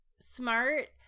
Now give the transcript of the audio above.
smart